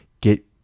get